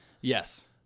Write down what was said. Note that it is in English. Yes